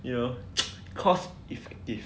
you know cost effective